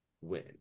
win